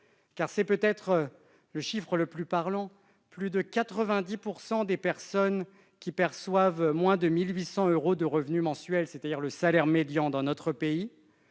et c'est peut-être le chiffre le plus parlant, plus de 90 % des personnes qui perçoivent moins de 1800 euros de revenus mensuels, c'est-à-dire le salaire médian en France,